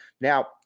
Now